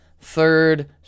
third